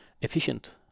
efficient